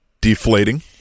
deflating